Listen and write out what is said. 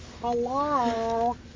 Hello